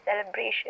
celebration